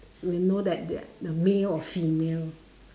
we know that they are the male or female